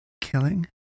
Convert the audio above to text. Killing